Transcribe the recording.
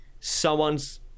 someone's